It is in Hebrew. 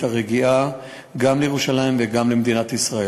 הרגיעה גם לירושלים וגם למדינת ישראל.